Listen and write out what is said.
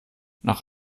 nach